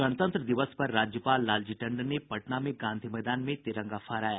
गणतंत्र दिवस पर राज्यपाल लालजी टंडन ने पटना में गांधी मैदान में तिरंगा फहराया